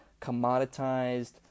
commoditized